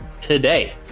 today